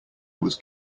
was